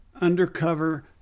undercover